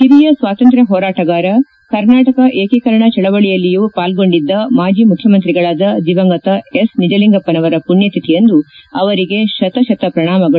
ಹಿರಿಯ ಸ್ವಾತಂತ್ರ್ಯ ಹೋರಾಟಗಾರ ಕರ್ನಾಟಕ ಏಕೀಕರಣ ಚಳವಳಿಯಲ್ಲಿಯೂ ಪಾಲ್ಗೊಂಡಿದ್ದ ಮಾಜಿ ಮುಖ್ಯಮಂತ್ರಿಗಳಾದ ದಿವಂಗತ ಎಸ್ ನಿಜಲಿಂಗಪ್ಪನವರ ಪುಣ್ಯತಿಥಿಯಂದು ಅವರಿಗೆ ಶತಶತ ಪ್ರಣಾಮಗಳು